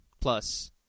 Plus